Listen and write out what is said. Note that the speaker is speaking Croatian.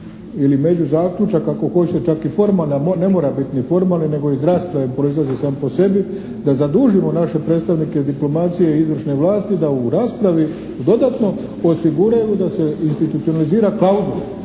ili međuzaključak ako hoćete čak i formalni, a ne mora biti ni formalni nego iz rasprave proizlazi sam po sebi, da zadužimo naše predstavnike diplomacije i izvršne vlasti da u raspravi dodatno osiguraju da se institucionalizira klauzula